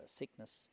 sickness